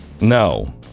no